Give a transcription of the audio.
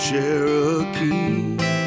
Cherokee